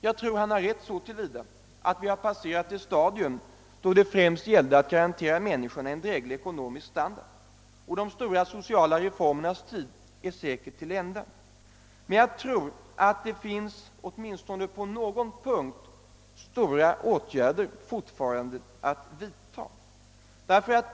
Jag tror att han har rätt så till vida att vi har passerat det stadium då det främst gällde att garantera människorna en dräglig ekonomisk standard, och de stora sociala reformernas tid är säkert till ända. Men jag tror att det fortfarande åtminstone på någon punkt behöver vidtagas stora åtgärder.